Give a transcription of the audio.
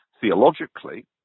theologically